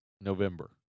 November